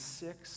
six